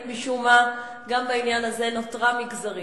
משום מה גם בעניין הזה נותרה מגזרית.